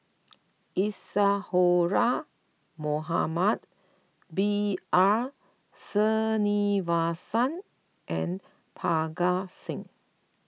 Isadhora Mohamed B R Sreenivasan and Parga Singh